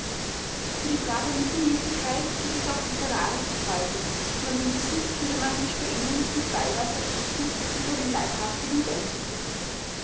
für die brave mittelmäßigkeit gibt es auch litterarische teufel und am liebsten würde man sich vor ihnen mit weihwasser schützen wie vor dem leibhaftigen beelzebub